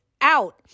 out